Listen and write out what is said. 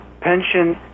pension